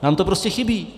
Nám to prostě chybí.